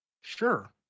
sure